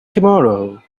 tomorrow